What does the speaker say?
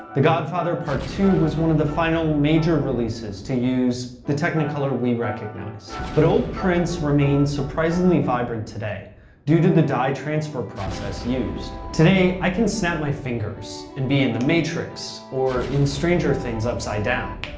the godfather, part ii was one of the final major releases to use the technicolor we recognize. but old prints remain surprisingly vibrant today due to the dye transfer process used. today, i can snap my fingers and be in the matrix or in stranger things' upside down.